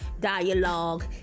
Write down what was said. dialogue